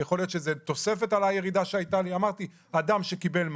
יכול להיות שזו תוספת על הירידה שהייתה לי אמרתי: אדם שקיבל מענק,